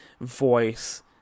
voice